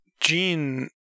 Gene